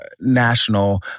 national